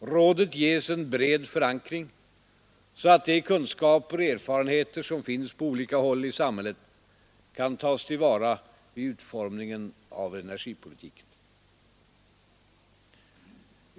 Rådet ges en bred förankring, så att de kunskaper och erfarenheter som finns på olika håll i samhället kan tas till vara vid utformningen av energipolitiken.